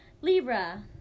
Libra